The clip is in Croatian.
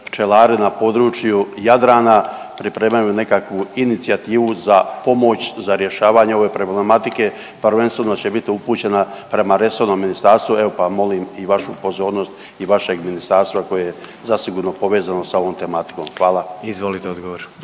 na području Jadrana pripremaju nekakvu inicijativu za pomoć, za rješavanje ove problematike. Prvenstveno će biti upućena prema resornom ministarstvu, evo pa molim i vašu pozornost i vašeg ministarstva koje je zasigurno povezano sa ovom tematikom. Hvala. **Jandroković,